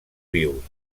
vius